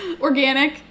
organic